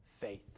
faith